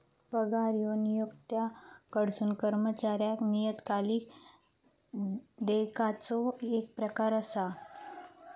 पगार ह्यो नियोक्त्याकडसून कर्मचाऱ्याक नियतकालिक देयकाचो येक प्रकार असा